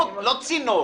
לא צינור.